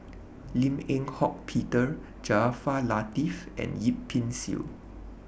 Lim Eng Hock Peter Jaafar Latiff and Yip Pin Xiu